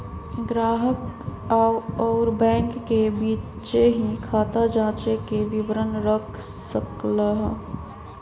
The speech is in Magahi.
ग्राहक अउर बैंक के बीचे ही खाता जांचे के विवरण रख सक ल ह